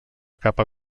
capa